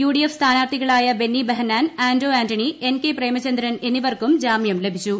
UDF സ്ഥാനാർഥികളായ Benny Behanan Anto Antony N K Premachandran എന്നിവർക്കും ജാമ്യം ലഭിച്ചു